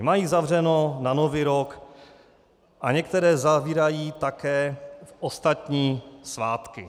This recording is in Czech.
Mají zavřeno na Nový rok a některé zavírají také v ostatní svátky.